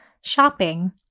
shopping